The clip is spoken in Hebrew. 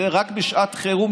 זה רק בשעת חירום,